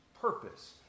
purpose